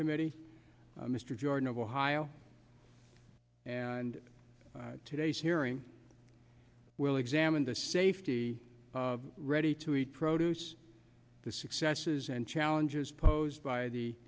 committee mr jordan of ohio and today's hearing will examine the safety of ready to eat produce the successes and challenges posed by the